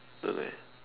no leh